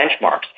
benchmarks